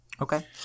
Okay